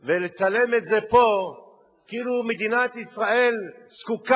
ולצלם את זה פה כאילו מדינת ישראל זקוקה